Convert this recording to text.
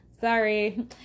sorry